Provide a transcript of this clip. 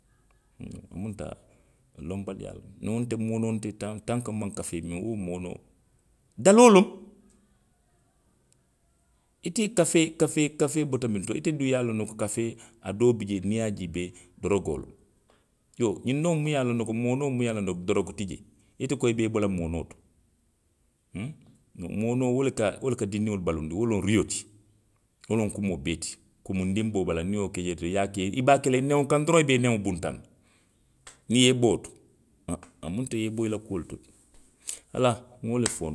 Huŋ, a munta lonbaliyaa loŋ. Niŋ wonteŋ moonoo, nte, taŋ, tanko nmaŋ kafee miŋ, wo moonoo, daloo loŋ. ite kafee, kafee, kafee bota mintoo lee. ite duŋ ye a loŋ ne ko kafee, a doo bi jee niŋ i ye a jiibee. dorokoo loŋ. Iyoo, ňiŋ doo miŋ ye a loŋ ne ko moonoo muŋ ye a loŋ ne ko doroku ti jee ite ko i be i bo la moonoo to. huŋ, moonoo wo le ka, wo le ka dindiŋolu baluundi. Wo loŋ ruyoo ti, wo loŋ kumoo bee ti; kumundiŋ be wo bala jee, niŋ i ye wo ki jee to, i ye a ke, i be a ke la newo kaŋ doroŋ i be i neŋo buntaŋ na. Niŋ i ye i bo wo to. a, a munta i ye i bo i la kuolu to de. Uwala, nŋa wo le fo noo.